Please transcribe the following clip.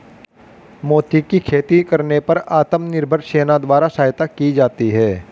मोती की खेती करने पर आत्मनिर्भर सेना द्वारा सहायता की जाती है